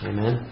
Amen